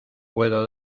puedo